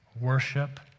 worship